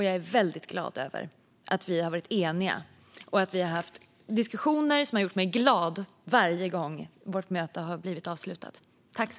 Jag är väldigt glad över att vi har varit eniga och haft diskussioner som gjort mig glad varje gång våra möten har avslutats.